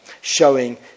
showing